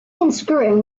unscrewing